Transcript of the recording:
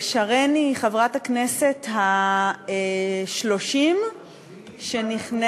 שרן היא חברת הכנסת ה-30 שנכנסת.